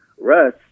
Russ